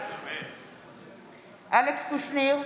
בעד אלכס קושניר,